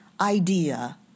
idea